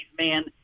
man